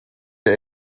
der